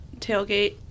tailgate